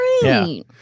great